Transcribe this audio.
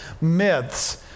myths